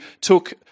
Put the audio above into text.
took